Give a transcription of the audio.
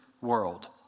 world